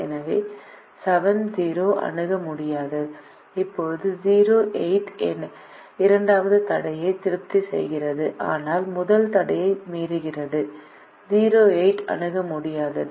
எனவே 7 0 அணுக முடியாதது இப்போது 0 8 இரண்டாவது தடையை திருப்தி செய்கிறது ஆனால் முதல் தடையை மீறுகிறது 0 8 அணுக முடியாதது